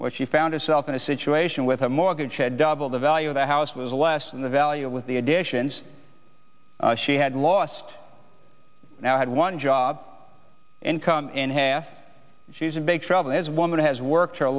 what she found herself in a situation with a mortgage had doubled the value of the house was less than the value with the additions she had lost now had one job income in half she's in big trouble his woman has worked